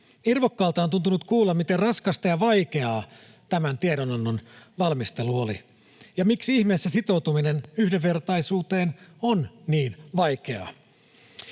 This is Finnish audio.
Irvokkaalta on tuntunut kuulla, miten raskasta ja vaikeaa tämän tiedonannon valmistelu oli — ja miksi ihmeessä sitoutuminen yhdenvertaisuuteen on niin vaikeaa?